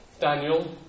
Daniel